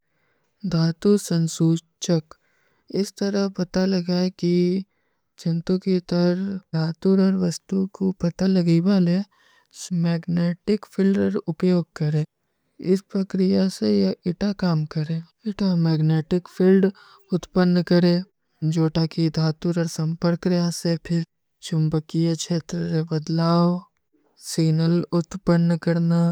ଧାତୂ ସଣ୍ସୂଚ୍ଚକ ଇସ୍ତରା ବତା ଲଗା ଏକୀ ଚିନ୍ତୂ କୀ ତର ଧାତୂର ଔର ଵସ୍ତୂ କୁ ବତା ଲଗଈବାଲୀ ହୈଂ, ମୈଂକ୍ନେଟିକ ଫିଲ୍ଡ ଔର ଉପଵ୍ଯୋଗ କରେଂ। ଇସ ପକ୍ରିଯା ସେ ଯେ ଇତା କାମ କରେଂ। ପିଟା ମେଗନେଟିକ ଫିଲ୍ଡ ଉତପଣ କରେ ଜୋଟା କୀ ଧାତୂର ଔର ସଂପରକ୍ରିଯା ସେ ଫିର ଚୁମ୍ବକୀଯେ ଛେତରେ ବଦଲାଓ ସୀନଲ ଉତପଣ କରନା।